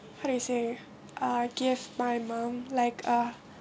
how to say uh gave my mum like a